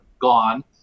gone